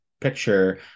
picture